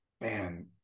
man